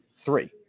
three